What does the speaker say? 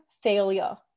failure